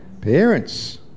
parents